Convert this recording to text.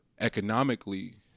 economically